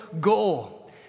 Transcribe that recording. goal